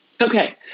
Okay